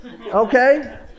okay